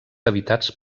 habitats